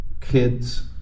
kids